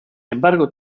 embargo